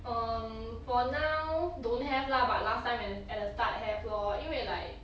um for now don't have lah but last time and at the start have lor 因为 like